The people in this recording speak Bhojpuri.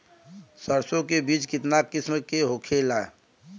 सरसो के बिज कितना किस्म के होखे ला?